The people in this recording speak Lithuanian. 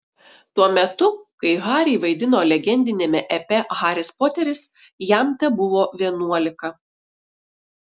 tuo metu kai harry vaidino legendiniame epe haris poteris jam tebuvo vienuolika